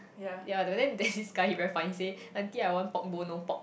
ya but then this guy he never funny he say auntie I want pork bone no pork